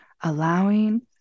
allowing